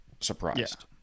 surprised